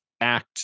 act